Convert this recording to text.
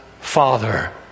father